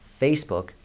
Facebook